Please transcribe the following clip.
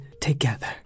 together